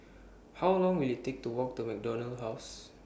How Long Will IT Take to Walk to MacDonald House